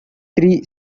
three